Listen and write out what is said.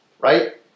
Right